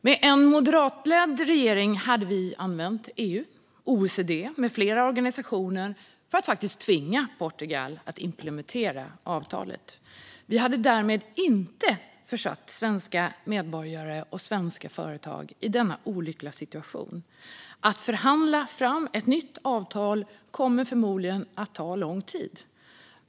Med en moderatledd regering hade vi använt EU, OECD med flera organisationer för att faktiskt tvinga Portugal att implementera avtalet. Vi hade därmed inte försatt svenska medborgare och svenska företag i denna olyckliga situation. Att förhandla fram ett nytt avtal kommer förmodligen att ta lång tid.